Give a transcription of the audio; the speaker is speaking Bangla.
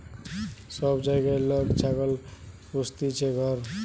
সব জাগায় লোক ছাগল পুস্তিছে ঘর